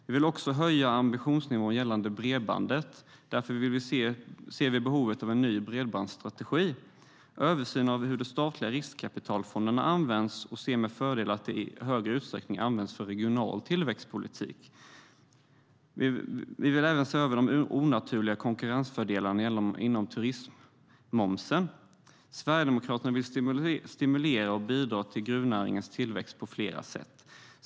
Vi vill också höja ambitionsnivån gällande bredband, och därför ser vi behovet av en ny bredbandsstrategi. Sverigedemokraterna vill stimulera och bidra till gruvnäringens tillväxt på flera sätt.